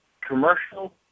commercial